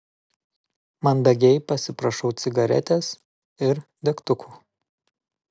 mandagiai pasiprašau cigaretės ir degtukų